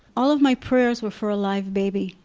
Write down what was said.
all of my prayers were for a live baby.